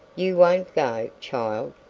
you won't go, child,